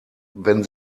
wenn